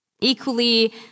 Equally